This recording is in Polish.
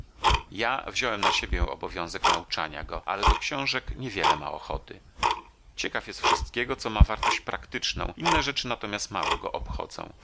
ja wziąłem na siebie obowiązek nauczania go ale do książek nie wiele ma ochoty ciekaw jest wszystkiego co ma wartość praktyczną inne rzeczy natomiast mało go obchodzą